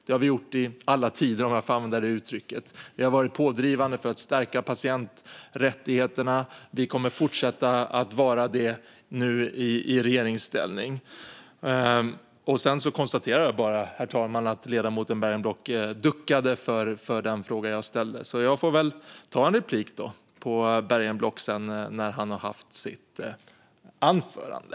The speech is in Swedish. Det har vi gjort i alla tider, om jag får använda det uttrycket. Vi har varit pådrivande för att stärka patienträttigheter, och vi kommer att fortsätta att vara det nu i regeringsställning. Herr talman! Ledamoten Bergenblock duckade för den fråga jag ställde, så jag får väl ta en replik på Bergenblock senare när han har haft sitt anförande.